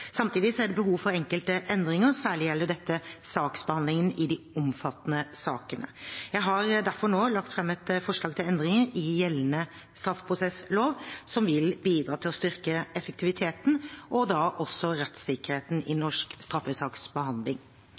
Samtidig er det behov for enkelte endringer. Særlig gjelder dette saksbehandlingen i de omfattende sakene. Jeg har derfor nå lagt fram et forslag til endringer i gjeldende straffeprosesslov, som vil bidra til å styrke effektiviteten og også rettssikkerheten i norsk straffesaksbehandling.